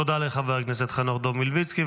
תודה לחבר הכנסת חנוך דב מלביצקי.